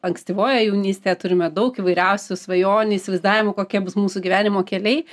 ankstyvoje jaunystėje turime daug įvairiausių svajonių įsivaizdavimų kokie bus mūsų gyvenimo keliai